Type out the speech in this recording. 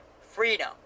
Freedom